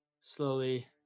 slowly